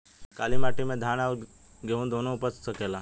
काली माटी मे धान और गेंहू दुनो उपज सकेला?